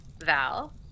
Val